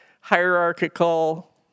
hierarchical